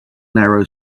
narrow